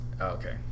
Okay